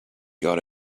got